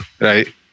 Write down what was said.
right